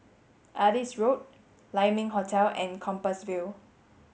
Adis Road Lai Ming Hotel and Compassvale